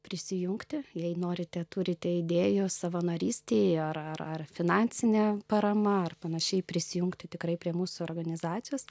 prisijungti jei norite turite idėjų savanorystei ar ar ar finansine parama ar panašiai prisijungti tikrai prie mūsų organizacijos